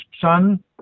son